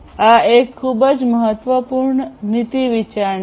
આ એક ખૂબ જ મહત્વપૂર્ણ નીતિવિચારણા છે